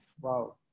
Wow